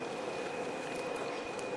שירותי רווחה (מענק הסתגלות לנשים ששהו במקלט לנשים